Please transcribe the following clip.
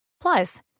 Plus